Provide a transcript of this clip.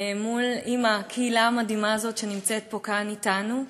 מול, עם הקהילה המדהימה הזאת שנמצאת כאן אתנו.